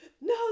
No